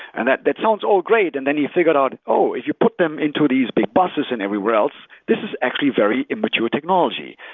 and that that sounds all great and then you figure out, oh, if you put them into these big buses and everywhere else, this is actually very immature technology.